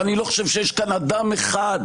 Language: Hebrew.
ואני לא חושב שיש כאן אדם אחד,